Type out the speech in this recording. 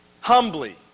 Humbly